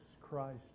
Christ